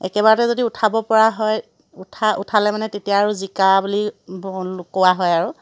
একেবাৰতে যদি উঠাব পৰা হয় উঠা উঠালে মানে তেতিয়া আৰু জিকা বুলি কোৱা হয় আৰু